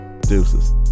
Deuces